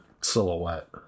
silhouette